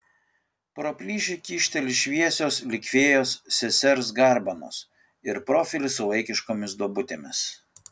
pro plyšį kyšteli šviesios lyg fėjos sesers garbanos ir profilis su vaikiškomis duobutėmis